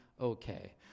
okay